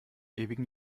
ewigen